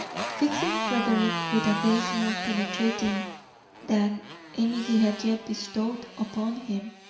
fixing frederick with a gaze more penetrating than any he had yet bestowed upon him,